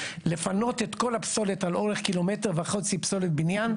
לפחות את כל הפסולת על אורך קילומטר וחצי פסולת בניין,